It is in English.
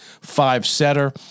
five-setter